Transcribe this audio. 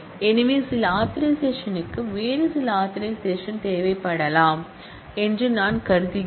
எனவே சில ஆதரைசேஷன் க்கு வேறு சில ஆதரைசேஷன் தேவைப்படலாம் என்று நான் கருதுகிறேன்